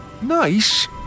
Nice